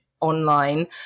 online